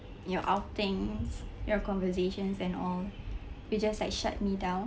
your outings your conversations and all we just like shut me down